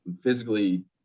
physically